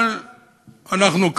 אבל אנחנו,